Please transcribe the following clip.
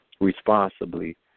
responsibly